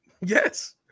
Yes